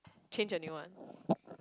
change anyone